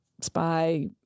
spy